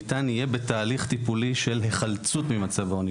ניתן יהיה בתהליך טיפולי של היחלצות ממצב העוני,